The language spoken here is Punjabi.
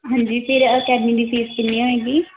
ਹਾਂਜੀ ਫਿਰ ਅਕੈਡਮੀ ਦੀ ਫੀਸ ਕਿੰਨੀ ਹੋਏਗੀ